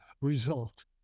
result